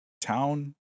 town